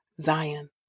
Zion